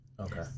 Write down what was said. okay